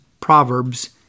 Proverbs